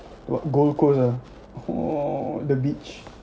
what Gold Coast ah !aww! the beach